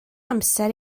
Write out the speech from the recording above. amser